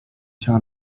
saa